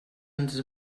ens